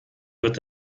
wird